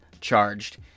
charged